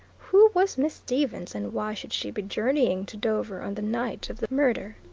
who was miss stevens, and why should she be journeying to dover on the night of the murder?